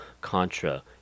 Contra